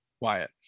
Wyatt